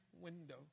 window